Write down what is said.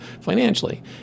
financially